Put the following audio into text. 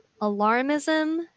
alarmism